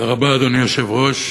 אדוני היושב-ראש,